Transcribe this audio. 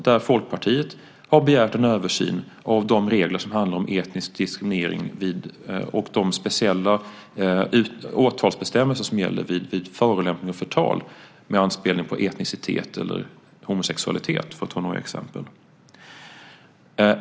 Där har Folkpartiet begärt en översyn av de regler som handlar om etnisk diskriminering och de speciella åtalsbestämmelser som gäller vid förolämpning och förtal med anspelning på etnicitet eller homosexualitet, för att ta några exempel.